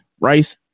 rice